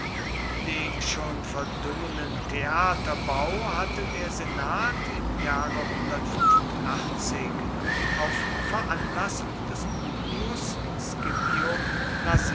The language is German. den schon verdungenen theaterbau hatte der senat im jahre auf veranlassung des publius